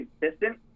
consistent